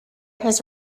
his